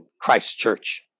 Christchurch